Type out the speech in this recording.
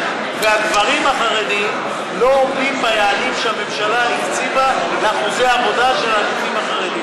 והגברים החרדים לא עומדים ביעדים שהממשלה הקציבה לאחוזי עבודה של חרדים.